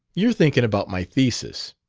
you're thinking about my thesis.